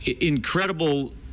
incredible